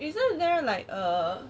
isn't there like err